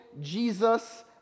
Jesus